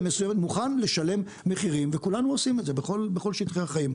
מסוימת מוכן לשלם מחירים וכולנו עושים את זה בכל שטחי החיים.